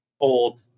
old